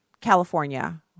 California